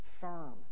firm